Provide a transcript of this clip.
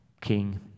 King